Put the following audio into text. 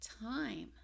time